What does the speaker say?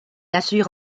assure